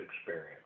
experience